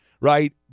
right